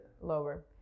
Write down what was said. lower